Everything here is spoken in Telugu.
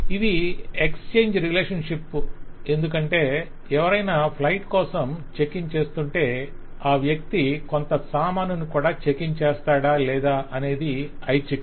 ఇది ఎక్స్చేంజి రిలేషన్షిప్ ఎందుకంటే ఎవరైనా ఫ్లైట్ కోసం చెక్ ఇన్ చేస్తుంటే ఆ వ్యక్తి కొంత సామానును కూడా చెక్ ఇన్ చేస్తాడా లేదా అనేది ఐచ్ఛికం